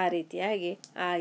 ಆ ರೀತಿಯಾಗಿ